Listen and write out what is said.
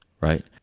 right